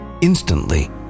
Instantly